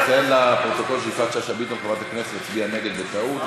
אנחנו נציין לפרוטוקול שחברת הכנסת יפעת שאשא ביטון הצביעה נגד בטעות,